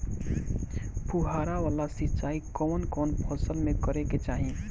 फुहारा वाला सिंचाई कवन कवन फसल में करके चाही?